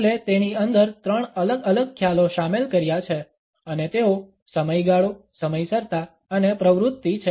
હોલએ તેની અંદર ત્રણ અલગ અલગ ખ્યાલો શામેલ કર્યા છે અને તેઓ સમયગાળો સમયસરતા અને પ્રવૃત્તિ છે